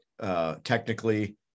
technically